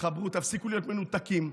תפסיקו להיות מנותקים,